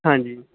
ਹਾਂਜੀ